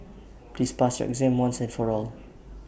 please pass your exam once and for all